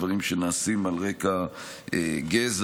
דברים שנעשים על רקע גזע,